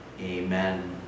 Amen